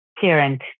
parent